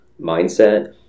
mindset